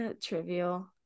Trivial